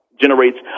generates